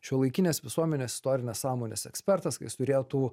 šiuolaikinės visuomenės istorinės sąmonės ekspertas jis turėtų